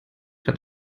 hat